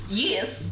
yes